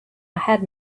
had